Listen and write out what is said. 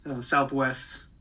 southwest